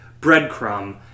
breadcrumb